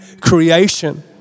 creation